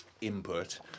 input